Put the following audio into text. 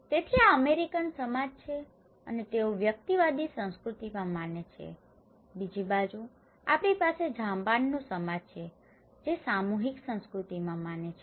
તેથી આ અમેરિકન સમાજ છે અને તેઓ વ્યક્તિવાદી સંસ્કૃતિમાં માને છે બીજી બાજુ આપણી પાસે જાપાનનો સમાજ છે જે સામૂહિક સંસ્કૃતિમાં વધુ છે